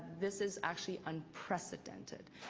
this is actually unprecedented.